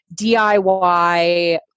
DIY